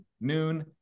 noon